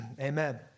Amen